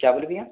क्या बोले भैया